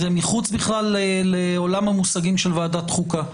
זה בכלל מחוץ לעולם המושגים של ועדת חוקה.